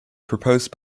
proposed